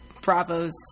Bravo's